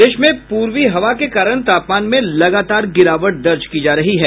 प्रदेश में पूर्वी हवा के कारण तापमान में लगातार गिरावट दर्ज की जा रही है